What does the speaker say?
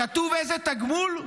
כתוב איזה תגמול?